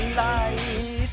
light